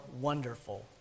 wonderful